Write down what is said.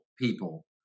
people